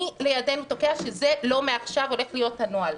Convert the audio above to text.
מי לידנו תוקע שזה לא מעכשיו הולך להיות הנוהל?